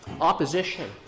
opposition